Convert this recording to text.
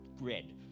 red